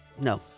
No